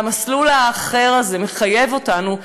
המסלול האחר הזה מחייב אותנו,